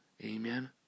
Amen